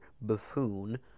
buffoon